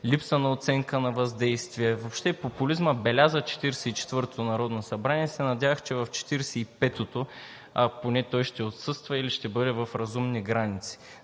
липса на оценка на въздействие. Въобще популизмът беляза 44-тото народно събрание и се надявах, че в 45-ото поне той ще отсъства, или ще бъде в разумни граници.